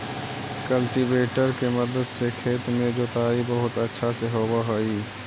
cultivator के मदद से खेत के जोताई बहुत अच्छा से होवऽ हई